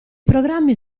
programmi